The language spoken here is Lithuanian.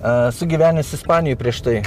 esu gyvenęs ispanijoj prieš tai